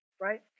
right